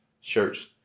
shirts